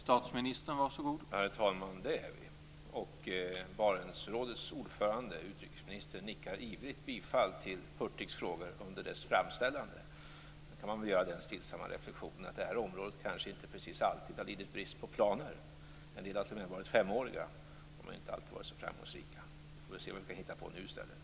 Herr talman! Det är vi. Barentsrådets ordförande, utrikesministern, nickar ivrigt bifall till Hurtigs frågor under deras framställande. Sedan kan man göra den stillsamma reflexionen att detta område kanske inte precis alltid har lidit brist på planer. En del har t.o.m. varit femåriga. De har inte alltid varit så framgångsrika. Vi får se vad vi kan hitta på nu i stället.